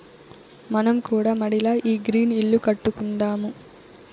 మనం కూడా మడిల ఈ గ్రీన్ ఇల్లు కట్టుకుందాము